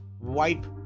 wipe